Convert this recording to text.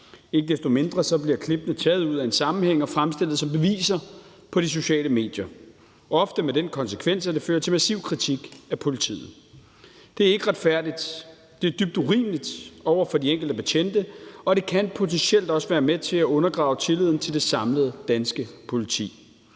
Ikke desto mindre bliver klippene taget ud af en sammenhæng og fremstillet som beviser på de sociale medier og ofte med den konsekvens, at det fører til massiv kritik af politiet. Det er ikke retfærdigt, og det er dybt urimeligt over for de enkelte betjente, og det kan potentielt også være med til at undergrave tilliden til det samlede danske politi,